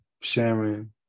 sharing